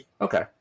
Okay